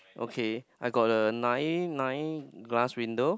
okay I got a nine nine glass window